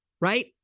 right